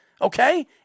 Okay